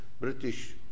British